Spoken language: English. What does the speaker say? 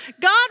God